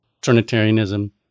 Trinitarianism